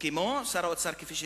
כמו שר האוצר, כפי שהזכרתי,